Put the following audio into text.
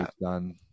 done